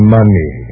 money